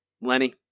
Lenny